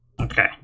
Okay